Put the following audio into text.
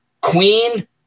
Queen